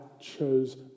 chose